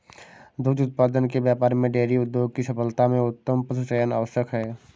दुग्ध उत्पादन के व्यापार में डेयरी उद्योग की सफलता में उत्तम पशुचयन आवश्यक है